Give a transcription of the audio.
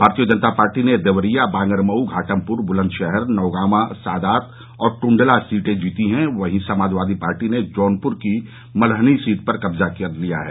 भारतीय जनता पार्टी ने देवरिया बांगरमऊ घाटमपुर बुलंदशहर नौगांवा सादात और टूंडला सीटें जीती हैं वहीं समाजवादी पार्टी ने जौनपुर की मल्हनी सीट पर कब्जा कर लिया है